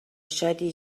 شادی